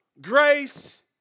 Grace